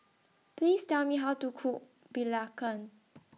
Please Tell Me How to Cook Belacan